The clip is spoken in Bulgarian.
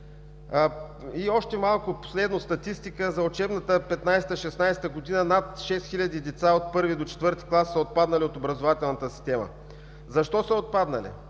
И още малко статистика за учебната 2015/2016 г. Над 6 хил. деца от I до IV клас са отпаднали от образователната система. Защо са отпаднали?